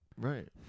right